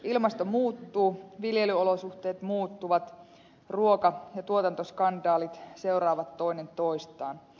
ilmasto muuttuu viljelyolosuhteet muuttuvat ruoka ja tuotantoskandaalit seuraavat toinen toistaan